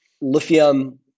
lithium